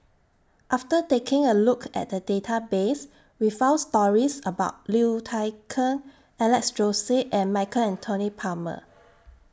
after taking A Look At The Database We found stories about Liu Thai Ker Alex Josey and Michael Anthony Palmer